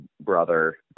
brother